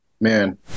man